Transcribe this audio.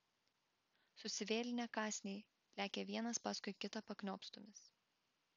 susivėlinę kąsniai lekia vienas paskui kitą pakniopstomis